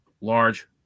large